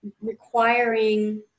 requiring